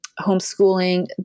homeschooling